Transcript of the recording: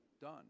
done